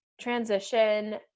transition